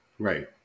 Right